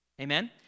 Amen